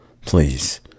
Please